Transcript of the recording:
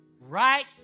right